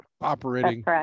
operating